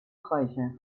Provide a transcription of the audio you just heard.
reicher